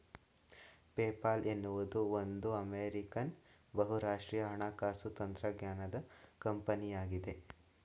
PayPal ಎನ್ನುವುದು ಒಂದು American ಬಹುರಾಷ್ಟ್ರೀಯ ಹಣಕಾಸು ತಂತ್ರಜ್ಞಾನ ಕಂಪನಿಯಾಗಿದೆ